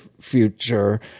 future